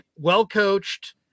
well-coached